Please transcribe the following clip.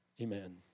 Amen